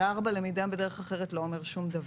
וארבע, למידה בדרך אחרת, לא אומר שום דבר.